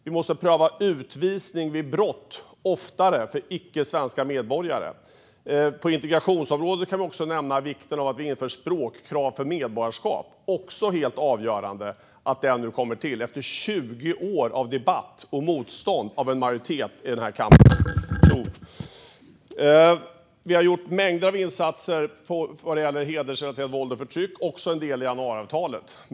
Vi måste pröva utvisning vid brott oftare när det gäller icke svenska medborgare. På integrationsområdet kan vi också nämna vikten av att vi inför språkkrav för medborgarskap. Det är helt avgörande att även detta nu kommer till, efter 20 år av debatt och motstånd från en majoritet i denna kammare. Vi har gjort mängder av insatser när det gäller hedersrelaterat våld och förtryck, vilket också är en del av januariavtalet.